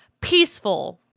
peaceful